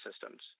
systems